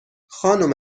خانم